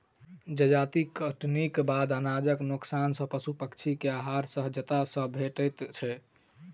जजाति कटनीक बाद अनाजक नोकसान सॅ पशु पक्षी के आहार सहजता सॅ भेटैत छै